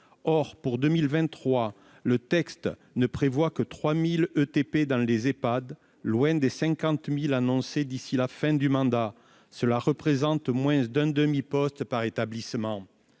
Or, pour 2023, le texte ne prévoit que 3 000 équivalents temps plein (ETP) dans les Ehpad, loin des 50 000 annoncés d'ici à la fin du mandat. Cela représente moins d'un demi-poste par établissement.